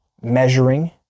measuring